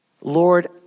Lord